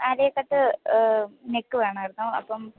Alia cut neck വേണമായിരുന്നു അപ്പം